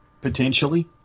Potentially